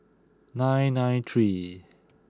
nine nine three